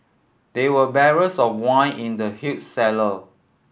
there were barrels of wine in the huge cellar